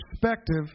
perspective